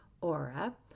aura